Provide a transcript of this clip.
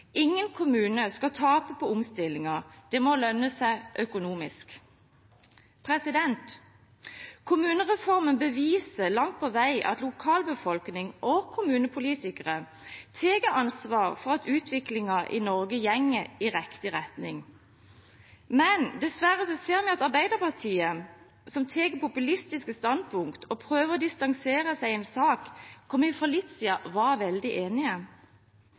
Ingen kommuner skal tape på omstillingen. Det må lønne seg økonomisk. Kommunereformen beviser langt på vei at lokalbefolkning og kommunepolitikere tar ansvar for at utviklingen i Norge går i riktig retning, men dessverre ser vi at Arbeiderpartiet tar populistiske standpunkt og prøver å distansere seg i en sak der vi for litt siden var veldig enige.